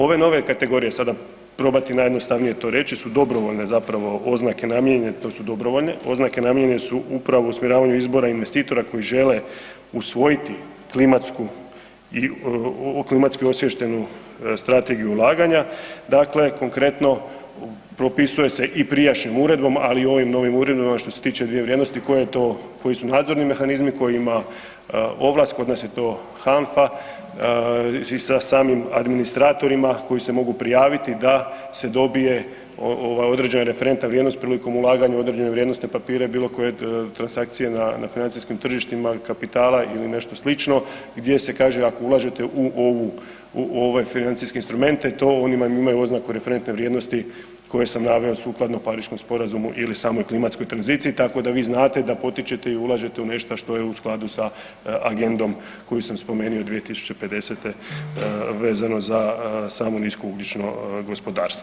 Ove nove kategorije sada probati najjednostavnije to reći su dobrovoljne zapravo oznake namijenjene to su dobrovoljne, oznake namijenjene su upravo u usmjeravanju izbora investitora koji žele usvojiti klimatsku, klimatski osviještenu strategiju ulaganja, dakle konkretno propisuje se i prijašnjom uredbom, ali i ovim novim uredbama što se tiče dvije vrijednosti koje je to, koji su nadzorni mehanizmi kojima ovlast, kod nas je to HANFA, sa samim administratorima koji se mogu prijaviti da se dobije određena referentna vrijednost prilikom ulaganja u određene vrijednosne papire bilo koje transakcije na financijskim tržištima kapitala ili nešto slično gdje se kaže ako ulažete u ovu, u ove financijske instrumente to oni vam imaju oznaku referentne vrijednosti koje sam naveo sukladno Pariškom sporazumu ili samoj klimatskoj tranziciji, tako da vi znate da potičete i ulažete u nešto što je u skladu sa agendom koju sam spomenuo i 2050. vezano za samu niskougljično gospodarstvo.